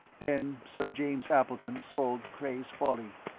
then sir james appleton sold cray's folly.